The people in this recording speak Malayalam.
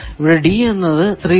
ഇവിടെ D എന്നത് 3